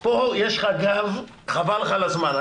פה יש לך גב חבל לך על הזמן.